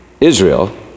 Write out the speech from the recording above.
Israel